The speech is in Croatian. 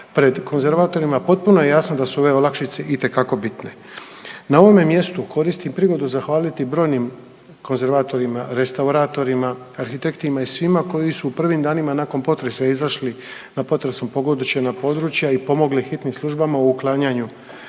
pred konzervatorima potpuno je jasno da su ove olakšice itekako bitne. Na ovome mjestu koristim prigodu zahvaliti brojnim konzervatorima, restauratorima, arhitektima i svima koji su u prvim danima nakon potresa izašli na potresnom pogođena područja i pomogli hitnim službama u uklanjanju